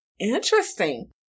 Interesting